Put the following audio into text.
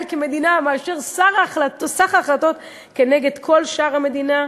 כמדינה מאשר סך ההחלטות נגד כל שאר המדינות,